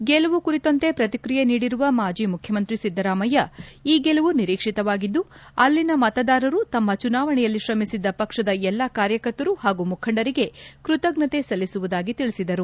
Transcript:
ಗೆಲುವು ಕುರಿತಂತೆ ಪ್ರತಿಕ್ರಿಯೆ ನೀಡಿರುವ ಮಾಜಿ ಮುಖ್ಯಮಂತ್ರಿ ಸಿದ್ದರಾಮಯ್ಕ ಈ ಗೆಲುವು ನಿರೀಕ್ಷಿತವಾಗಿದ್ದು ಅಲ್ಲಿನ ಮತದಾರರು ಮತ್ತು ಚುನಾವಣೆಯಲ್ಲಿ ತ್ರಮಿಸಿದ್ದ ಪಕ್ಷದ ಎಲ್ಲಾ ಕಾರ್ಯಕರ್ತರು ಹಾಗೂ ಮುಖಂಡರಿಗೆ ಕೃತಜ್ಞತೆ ಸಲ್ಲಿಸುವುದಾಗಿ ತಿಳಿಸಿದರು